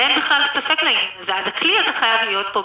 בהינתן שהוא גם